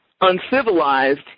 uncivilized